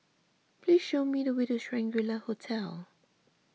please show me the way to Shangri La Hotel